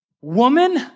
woman